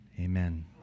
Amen